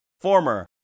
former